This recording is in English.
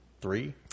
Three